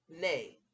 nay